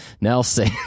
Nelson